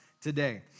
today